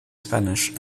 spanish